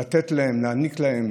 לתת להם, להעניק להם